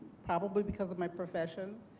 probably because of my profession.